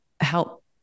help